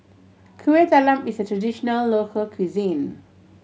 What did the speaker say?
Kuih Talam is a traditional local cuisine